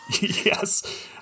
Yes